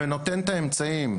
ונותן את האמצעים,